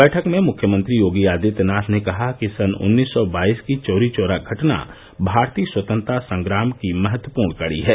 बैठक में मुख्यमंत्री योगी आदित्यनाथ ने कहा कि सन् उन्नीस सौ बाईस की चौरीचौरा घटना भारतीय स्वतंत्रता संग्रम की महत्वपूर्ण कड़ी है